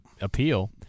appeal